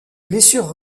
blessures